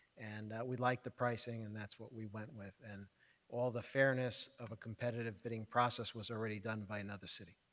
and we like the pricing and that's what we went with. and all the fairness of a competitive bidding process was already done by another city.